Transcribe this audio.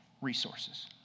resources